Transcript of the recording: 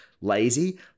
lazy